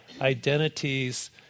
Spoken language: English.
Identities